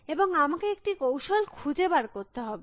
এবং আমাকে একটি কৌশল খুঁজে বার করতে হবে